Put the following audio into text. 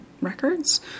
records